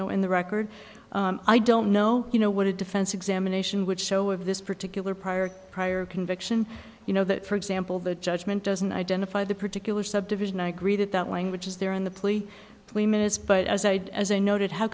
know in the record i don't know you know what a defense examination which show of this particular prior prior conviction you know that for example the judgment doesn't identify the particular subdivision i agree that that language is there in the plea three minutes but as i'd as i noted how